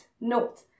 Note